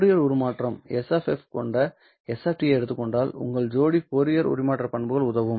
Fourier உருமாற்றம் S கொண்ட s ஐ எடுத்துக் கொண்டால் உங்கள் ஜோடி ஃபோரியர் உருமாற்ற பண்புகள் உதவும்